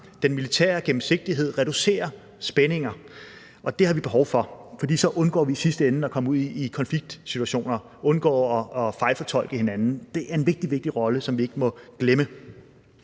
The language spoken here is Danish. den militære gennemsigtighed og reducere spændinger, og det har vi behov for, for så undgår vi i sidste ende at komme ud i konfliktsituationer og at fejlfortolke hinanden. Det er en vigtig, vigtig rolle, som vi ikke må glemme.